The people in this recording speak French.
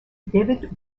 david